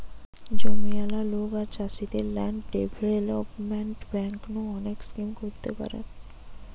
জমিয়ালা লোক আর চাষীদের ল্যান্ড ডেভেলপমেন্ট বেঙ্ক নু অনেক স্কিম করতে পারেন